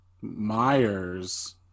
Myers